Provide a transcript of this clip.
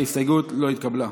ההסתייגות לא התקבלה.